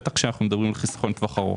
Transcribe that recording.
בטח כשאנחנו מדברים על חיסכון לטווח ארוך.